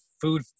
food